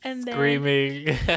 Screaming